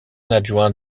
adjoint